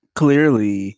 clearly